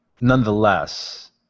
nonetheless